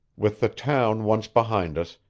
with the town once behind us,